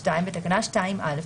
(2) בתקנה 2(א),